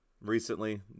recently